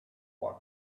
one